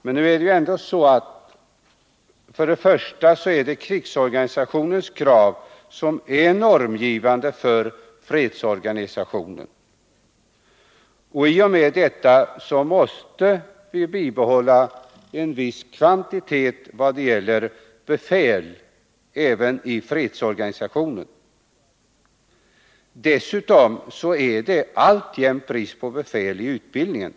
Men nu är det ju ändå så att det är krigsorganisationens krav som är normgivande för fredsorganisationen. I och med det måste vi bibehålla en viss kvantitet när det gäller befäl även i fredsorganisationen. Dessutom är det alltjämt brist på befäl i utbildningen.